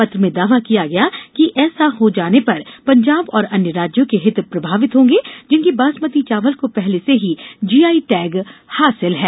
पत्र में दावा किया गया है कि ऐसा हो जाने पर पंजाब और अन्य राज्यों के हित प्रभावित होंगे जिनके बासमती चावल को पहले से ही जीआई टैग हासिल है